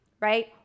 right